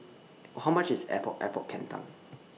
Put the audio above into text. How much IS Epok Epok Kentang